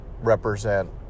represent